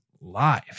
live